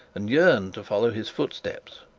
and yearned to follow his footsteps.